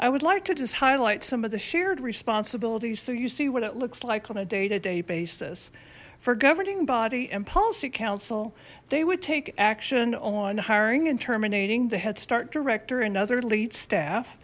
i would like to just highlight some of the shared responsibilities so you see what it looks like on a day to day basis for governing body and policy council they would take action on hiring and terminating the head start director and other lead staff